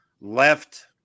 left